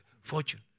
Fortune